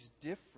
different